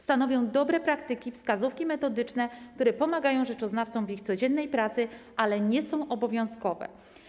Stanowią dobre praktyki, wskazówki metodyczne, które pomagają rzeczoznawcom w ich codziennej pracy, ale nie są obowiązkowe.